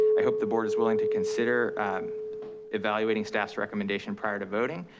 i hope the board is willing to consider evaluating staff's recommendation prior to voting.